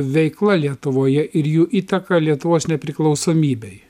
veikla lietuvoje ir jų įtaka lietuvos nepriklausomybei